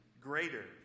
greater